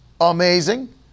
amazing